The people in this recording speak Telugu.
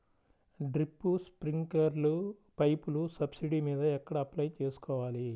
డ్రిప్, స్ప్రింకర్లు పైపులు సబ్సిడీ మీద ఎక్కడ అప్లై చేసుకోవాలి?